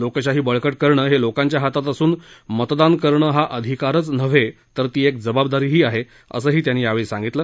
लोकशाही बळकट करणं हे लोकांच्या हातात असून मतदान करणं हा अधिकारच नव्हे तर ती एक जबाबदारीही आहे असंही त्यांनी यावेळी सांगितलं